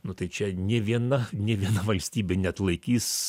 nu tai čia nė viena nė viena valstybė neatlaikys